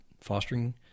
Fostering